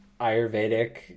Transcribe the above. Ayurvedic